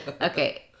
Okay